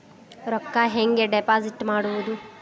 ರೊಕ್ಕ ಹೆಂಗೆ ಡಿಪಾಸಿಟ್ ಮಾಡುವುದು?